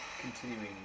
continuing